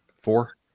Four